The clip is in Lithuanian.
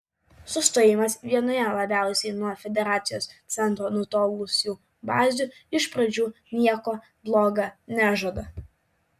sustojimas vienoje labiausiai nuo federacijos centro nutolusių bazių iš pradžių nieko bloga nežada